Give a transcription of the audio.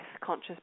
conscious